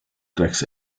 tracks